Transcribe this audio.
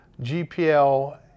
GPL